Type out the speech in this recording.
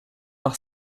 par